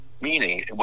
meaning